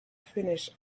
finish